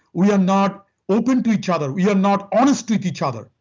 we are not open to each other. we are not honest with each other.